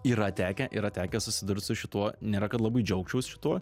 yra tekę yra tekę susidurt su šituo nėra labai džiaugčiaus šituo